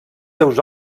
seus